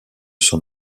son